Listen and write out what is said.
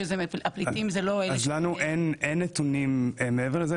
לנו אין נתונים מעבר לזה.